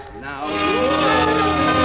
now